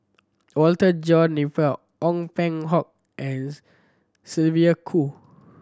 Walter John Napier Ong Peng Hock and Sylvia Kho